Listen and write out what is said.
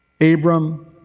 Abram